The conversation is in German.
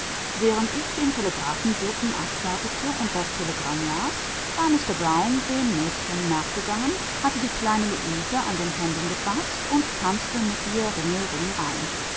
während ich den telegraphenboten abfertigte und das telegramm las war mister brown den mädchen nachgegangen hatte die kleine luise an den händen gefaßt und tanzte mit ihr